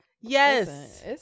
yes